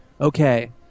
Okay